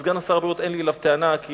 סגן שר הבריאות, אין לי אליו טענה, כי